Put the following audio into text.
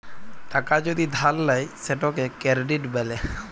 টাকা যদি ধার লেয় সেটকে কেরডিট ব্যলে